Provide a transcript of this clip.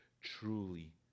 Truly